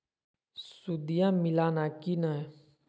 सुदिया मिलाना की नय?